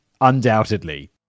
Undoubtedly